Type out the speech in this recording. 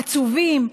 עצובים?